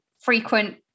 frequent